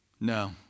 No